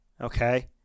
okay